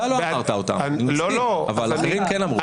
אתה לא אמרת אותם, אבל אחרים אמרו.